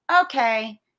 Okay